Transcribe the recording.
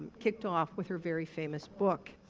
kicked off with her very famous book.